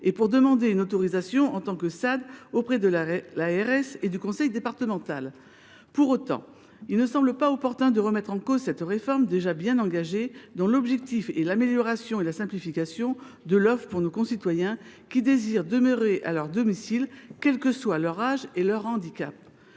et pour demander une autorisation en tant que SAD auprès de l’ARS et du conseil départemental. Pour autant, il ne semble pas opportun de remettre en cause cette réforme déjà bien engagée, et dont l’objectif est l’amélioration et la simplification de l’offre pour nos concitoyens désirant demeurer à leur domicile, quels que soient leur âge et leur handicap.